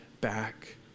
back